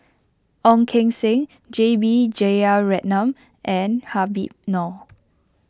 Ong Keng Sen J B Jeyaretnam and Habib Noh